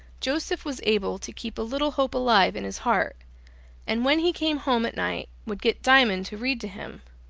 joseph was able to keep a little hope alive in his heart and when he came home at night, would get diamond to read to him,